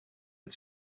het